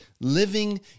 living